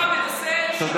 חבר הכנסת סובה,